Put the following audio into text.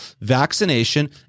vaccination